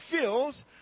feels